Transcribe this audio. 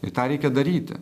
ir tą reikia daryti